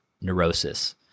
neurosis